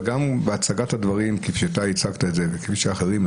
וגם בהצגת הדברים כפי שאתה הצגת את זה וכפי שאחרים הציגו,